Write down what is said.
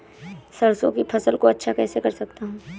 सरसो की फसल को अच्छा कैसे कर सकता हूँ?